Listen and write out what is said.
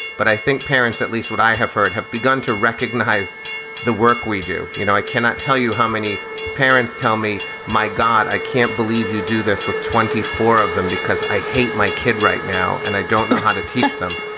but i think parents, at least what i have heard, have begun to recognize the work we do. you know, i cannot tell you how many parents tell me, my god, i can't believe you do this with twenty four of them because i hate my kid right now and i don't know how to teach them.